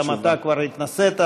גם אתה כבר התנסית,